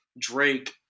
drake